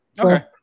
okay